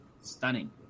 stunning